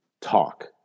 talk